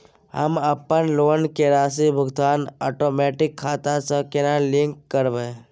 हम अपन लोन के राशि भुगतान ओटोमेटिक खाता से केना लिंक करब?